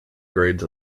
grades